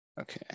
okay